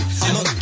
I'ma